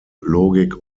logik